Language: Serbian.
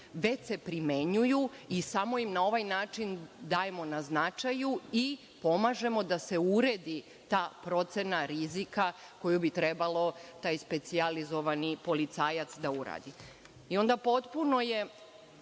već se primenjuju i samo im na ovaj način dajemo na značaju i pomažemo da se uredi ta procena rizika koju bi trebalo taj specijalizovani policajac da uradi. Onda je potpuno